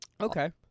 Okay